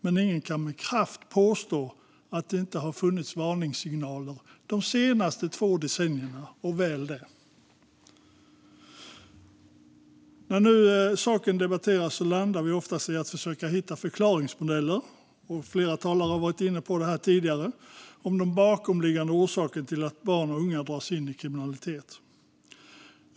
men ingen kan med kraft påstå att det inte har funnits varningssignaler de senaste två decennierna och väl det. När saken nu debatteras landar man oftast i att försöka hitta de bakomliggande orsakerna till att barn och unga dras in i kriminalitet, vilket flera talare har varit inne på.